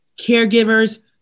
caregivers